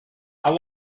how